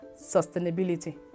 Sustainability